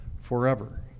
forever